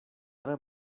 tre